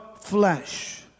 flesh